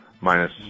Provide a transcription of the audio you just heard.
Minus